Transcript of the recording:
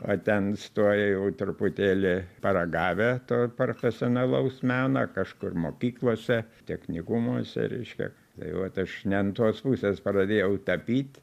o ten stoja jau truputėlį paragavę to profesionalaus meno kažkur mokyklose technikumuose reiškia tai vat aš ne ant tos pusės pradėjau tapyt